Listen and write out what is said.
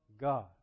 God